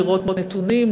לראות נתונים,